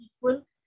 equal